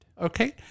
Okay